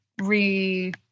re